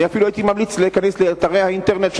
אני אפילו הייתי ממליץ להיכנס לאתרי האינטרנט של